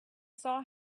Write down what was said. saw